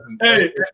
Hey